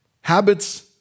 Habits